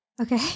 Okay